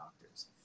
doctors